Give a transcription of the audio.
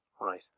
right